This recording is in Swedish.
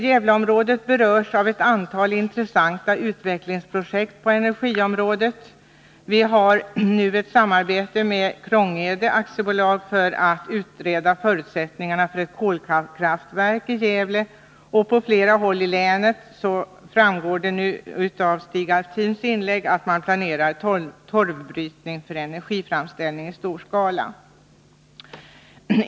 Gävleområdet berörs av ett antal intressanta utvecklingsprojekt på energiområdet. Gävle kommun och Krångede AB har etablerat ett samarbete för att utreda förutsättningarna för ett kolkraftverk i Gävle. På flera håll i länet planeras, som framgick av Stig Alftins inlägg, torvbrytning för energiframställning i stor skala.